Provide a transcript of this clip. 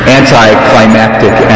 anticlimactic